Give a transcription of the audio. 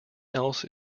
else